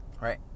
Right